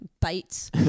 Bites